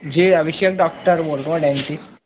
जे Abhishek doctor बोल रहा हूँ डेन्टि